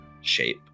shape